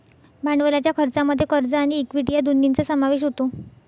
भांडवलाच्या खर्चामध्ये कर्ज आणि इक्विटी या दोन्हींचा समावेश होतो